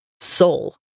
soul